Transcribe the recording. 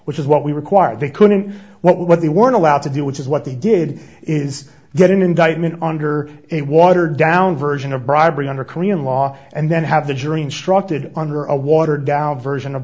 which is what we require they couldn't what they were allowed to do which is what they did is get an indictment under a watered down version of bribery under korean law and then have the jury instructed under a watered down version of